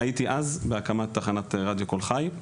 הייתי אז בהקמת תחנת רדיו קול חי,